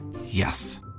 Yes